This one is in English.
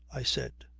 i said.